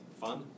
fun